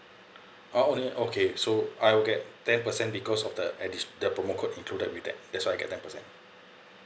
oh only okay so I will get ten percent because of the addition the promo code included with that that's why I get ten percent